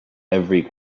every